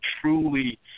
truly